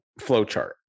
flowchart